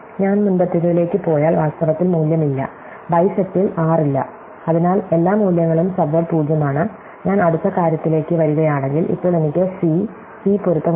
ഞാൻ മുമ്പത്തേതിലേക്ക് പോയാൽ വാസ്തവത്തിൽ മൂല്യം ഇല്ല ബൈസെക്റ്റിൽ r ഇല്ല അതിനാൽ എല്ലാ മൂല്യങ്ങളും സബ്വേഡ് 0 ആണ് ഞാൻ അടുത്ത കാര്യത്തിലേക്ക് വരികയാണെങ്കിൽ ഇപ്പോൾ എനിക്ക് സി സി പൊരുത്തം ഉണ്ട്